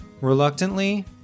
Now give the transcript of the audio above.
Reluctantly